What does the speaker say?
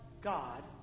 God